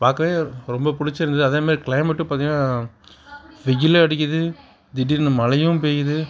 பார்க்கவே ரொம்ப பிடுச்சிருந்துது அதே மாதிரி கிளைமேட்டும் பார்த்தீங்னா வெயிலும் அடிக்குது திடீரெனு மழையும் பெய்யுது